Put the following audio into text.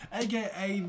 aka